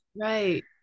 right